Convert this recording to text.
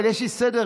אבל יש לי סדר-יום.